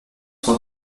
sont